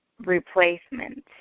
replacement